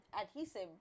adhesive